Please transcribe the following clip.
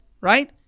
right